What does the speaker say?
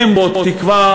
אין בו תקווה,